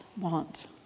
want